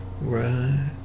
Right